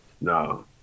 No